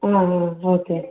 okay